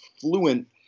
fluent